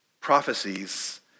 prophecies